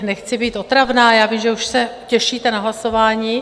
Nechci být otravná, já vím, že už se těšíte na hlasování.